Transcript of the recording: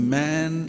man